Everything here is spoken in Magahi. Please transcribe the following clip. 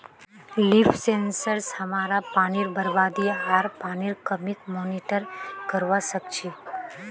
लीफ सेंसर स हमरा पानीर बरबादी आर पानीर कमीक मॉनिटर करवा सक छी